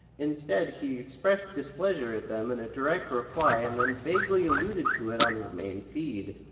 instead, he expressed displeasure at them in a direct reply and then vaguely alluded to it on his main feed.